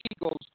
Eagles